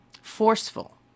forceful